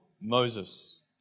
Moses